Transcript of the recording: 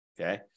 Okay